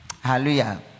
Hallelujah